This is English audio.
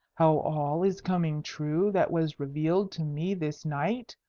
how all is coming true that was revealed to me this night!